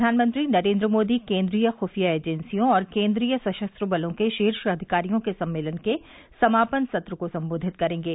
प्रधानमंत्री नरेन्द्र मोदी केन्द्रीय खुफिया एजेंसियों और केन्द्रीय सशस्त्र बलों के शीर्ष अधिकारियों के सम्मेलन के समापन सत्र को सम्बोधित करेंगे